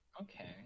Okay